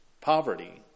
poverty